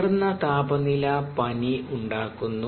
ഉയർന്ന താപ നില പനി ഉണ്ടാക്കുന്നു